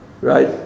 right